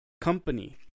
company